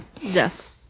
Yes